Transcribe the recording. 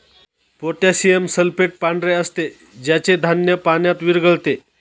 potassium sulphate पांढरे असते ज्याचे धान्य पाण्यात विरघळते